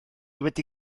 wedi